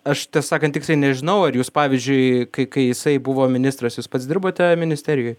aš tiesą sakant tiksliai nežinau ar jūs pavyzdžiui kai kai jisai buvo ministras jūs pats dirbote ministerijoj